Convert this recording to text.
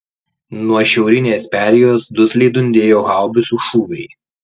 nuo šiaurinės perėjos dusliai dundėjo haubicų šūviai